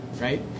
right